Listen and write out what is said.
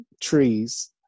trees